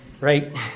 right